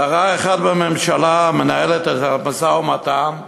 שרה אחת בממשלה מנהלת את המשא-ומתן,